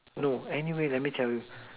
no anyway let me check with